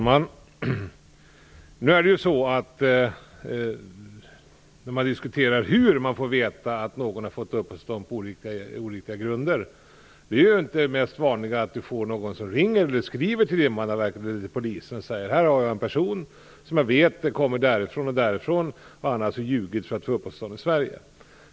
Fru talman! När vi diskuterar hur man får veta att någon har fått uppehållstillstånd på oriktiga grunder skall vi komma ihåg att det inte är det mest vanliga att någon ringer eller skriver till Invandrarverket eller Polisen och säger att det finns en person som man vet kommer från ett visst land och att personen i fråga har ljugit för att få uppehållstillstånd i Sverige.